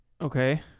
Okay